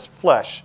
flesh